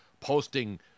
posting